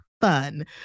fun